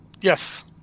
Yes